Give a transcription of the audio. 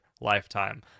lifetime